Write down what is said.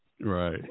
Right